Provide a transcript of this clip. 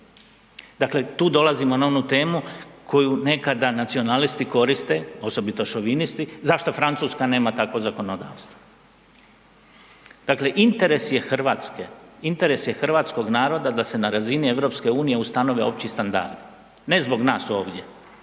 Dakle, tu dolazimo na onu temu koju nekada nacionalisti koriste, osobito šovinisti, zašto Francuska nema takvo zakonodavstvo. Dakle, interes je RH, interes je hrvatskog naroda da se na razini EU ustanove opći standardi, ne zbog nas ovdje